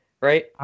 right